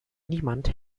niemand